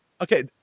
Okay